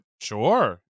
Sure